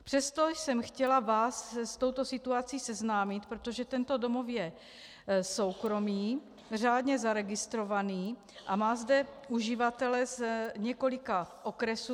Přesto jsem chtěla vás s touto situací seznámit, protože tento domov je soukromý, řádně zaregistrovaný a má zde uživatele z několika okresů.